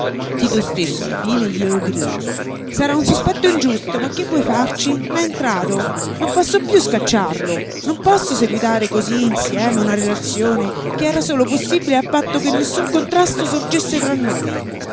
tito stesso alla fine glielo gridò sarà un sospetto ingiusto ma che vuoi farci m'è entrato non posso piú scacciarlo non posso seguitare cosí insieme una relazione che era solo possibile a patto che nessun contrasto sorgesse tra noi